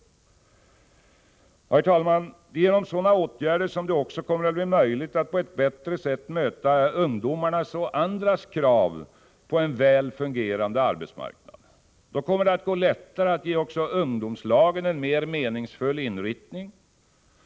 Herr talman! Det är genom sådana åtgärder som det också kommer att bli möjligt att på ett bättre sätt möta ungdomarnas och andras krav på en väl fungerande arbetsmarknad. Då kommer det att gå lättare att ge också ungdomslagen en mer meningsfull inriktning.